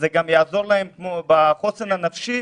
זה גם יעזור להם לחוסן הנפשי,